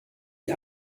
die